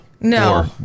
No